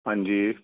ہاں جی